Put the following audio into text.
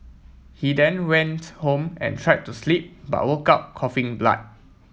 he then went home and tried to sleep but woke up coughing blood